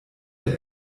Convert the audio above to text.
der